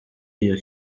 iyo